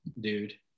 dude